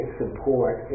support